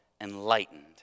enlightened